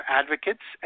advocates